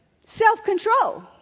Self-control